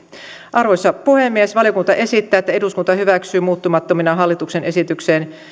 arvoisa puhemies valiokunta esittää että eduskunta hyväksyy muuttamattomina hallituksen esitykseen